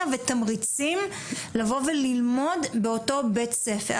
ותמריצים לבוא ללמוד באותו בית ספר.